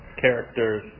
characters